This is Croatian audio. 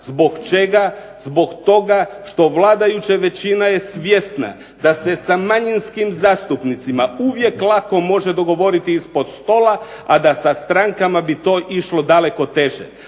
Zbog čega? Zbog toga što je vladajuća većina svjesna da se sa manjinskim zastupnicima uvijek lako može dogovoriti ispod stoga, a da sa strankama bi to išlo daleko teže.